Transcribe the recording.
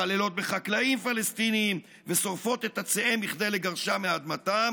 מתעללות בחקלאים פלסטינים ושורפות את עציהם כדי לגרשם מאדמתם